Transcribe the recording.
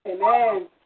Amen